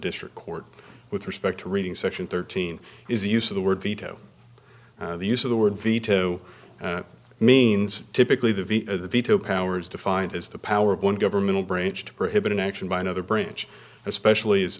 district court with respect to reading section thirteen is the use of the word veto the use of the word veto means typically the veto power is defined as the power of one governmental bridge to prohibit an action by another branch especially as